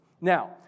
Now